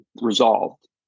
resolved